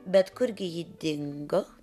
bet kurgi ji dingo